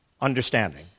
understanding